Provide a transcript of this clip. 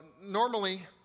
normally